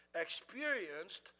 experienced